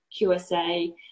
QSA